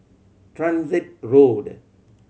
Transit Road